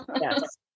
yes